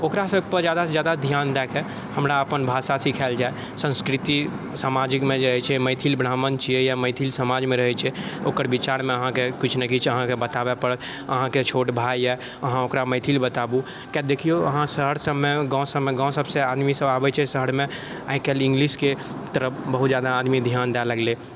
ओकरासभ पर जादा से जादा ध्यान दैके हमरा अपन भाषा सीखायल जाय संस्कृति समाजिकमे जे अछि मैथिल ब्राह्मण छियै या मैथिल समाजमे रहैत छै ओकर विचारमे अहाँकेँ किछु ने किछु अहाँकेँ बताबै पड़त अहाँकेँ छोट भाय यऽ अहाँ ओकरा मैथिल बताबू किया तऽ अहाँ देखिऔ शहर सबमे गाँव सबमे आदमी सब आबैत छै शहरमे आइ काल्हि इंग्लिशके तरफ बहुत जादा आदमी ध्यान दै लगलै